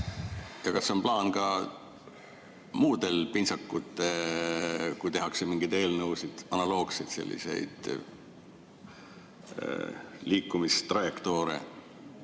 ja kas on plaan ka muudel pintsakutel, kui tehakse mingeid eelnõusid, analoogseid liikumistrajektoore